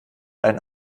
einen